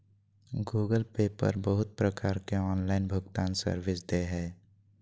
Google pay पर बहुत प्रकार के ऑनलाइन भुगतान सर्विस दे हय